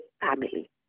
family